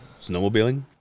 snowmobiling